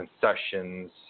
concessions